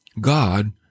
God